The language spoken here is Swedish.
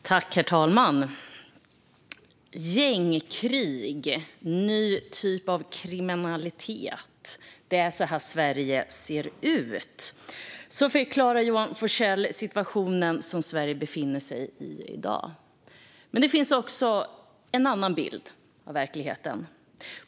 Herr talman! Gängkrig. En ny typ av kriminalitet. Det är så här Sverige ser ut. Så förklarar Johan Forssell den situation som Sverige i dag befinner sig i. Men det finns också en annan bild av verkligheten.